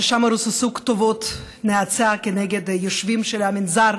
ששם רוססו כתובות נאצה כנגד היושבים של המנזר,